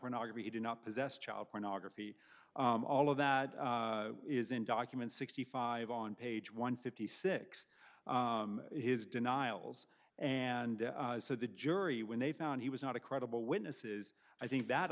pornography he did not possess child pornography all of that is in documents sixty five on page one fifty six in his denials and so the jury when they found he was not a credible witnesses i think that